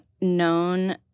known